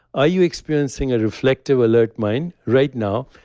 are you experiencing a reflective alert mind right now?